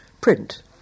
print